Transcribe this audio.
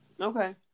okay